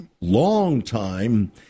long-time